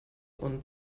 und